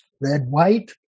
red-white